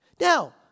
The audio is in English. Now